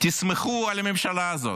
תסמכו על הממשלה הזאת.